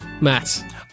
Matt